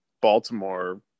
Baltimore